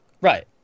Right